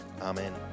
Amen